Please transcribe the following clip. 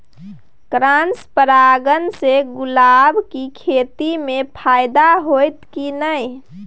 Cross परागण से गुलाब के खेती म फायदा होयत की नय?